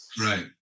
Right